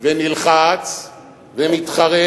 ונלחץ ומתחרט,